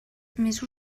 més